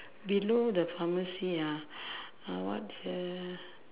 below the pharmacy ah what is the